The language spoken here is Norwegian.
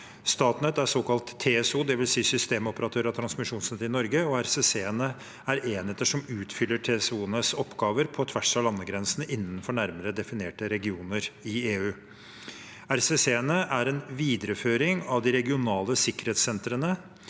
Statnett er en såkalt TSO, dvs. systemoperatør av transmisjonsnettet i Norge, og RCC-ene er enheter som utfyller TSO-enes oppgaver på tvers av landegrensene, innenfor nærmere definerte regioner i EU. RCC-ene er en videreføring av de regionale sikkerhetssentrene